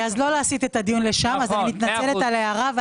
אני לא אסיט את הדיון לשם, אני מתנצלת על ההערה.